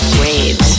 Waves